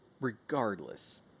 Regardless